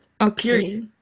okay